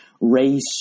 race